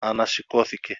ανασηκώθηκε